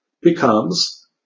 becomes